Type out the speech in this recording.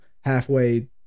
halfway